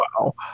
Wow